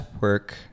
work